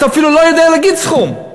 אתה אפילו לא יודע להגיד סכום,